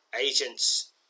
Agents